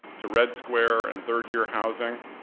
to red square and third-year housing,